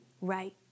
Right